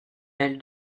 elle